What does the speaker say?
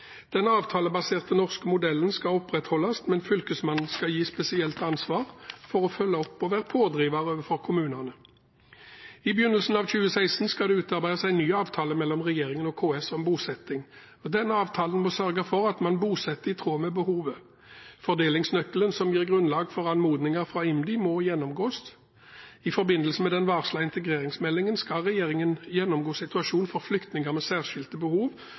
Den avtalebaserte norske modellen for bosetting skal opprettholdes, men Fylkesmannen skal gis et spesielt ansvar for å følge opp og være pådriver overfor kommunene. I begynnelsen av 2016 skal det utarbeides en ny avtale mellom regjeringen og KS om bosetting. Denne avtalen må sørge for at man bosetter i tråd med behovet. Fordelingsnøkkelen som gir grunnlag for anmodninger fra IMDI må gjennomgås. I forbindelse med den varslede integreringsmeldingen skal regjeringen gjennomgå situasjonen for flyktninger med særskilte behov,